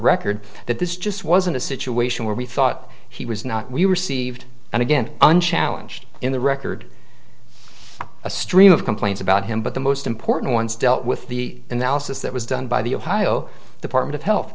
record that this just wasn't a situation where we thought he was not we received and again unchallenged in the record a stream of complaints about him but the most important ones dealt with the analysis that was done by the ohio department of health